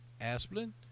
Asplin